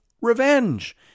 revenge